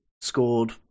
scored